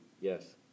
Yes